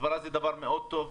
הסברה זה דבר מאוד טוב,